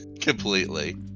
completely